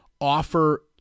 offer